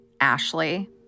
Ashley